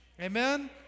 Amen